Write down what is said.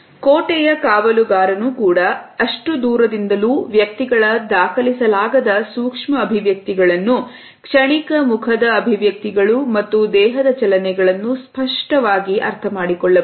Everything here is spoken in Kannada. ಕೋಟೆಯ ಕಾವಲುಗಾರನೂ ಕೂಡ ಅಷ್ಟು ದೂರದಿಂದಲೂ ವ್ಯಕ್ತಿಗಳ ದಾಖಲಿಸಲಾಗದ ಸೂಕ್ಷ್ಮ ಅಭಿವ್ಯಕ್ತಿಗಳನ್ನು ಕ್ಷಣಿಕ ಮುಖದ ಅಭಿವ್ಯಕ್ತಿಗಳು ಮತ್ತು ದೇಹದ ಚಲನೆಗಳನ್ನು ಸ್ಪಷ್ಟವಾಗಿ ಅರ್ಥಮಾಡಿಕೊಳ್ಳಬಹುದು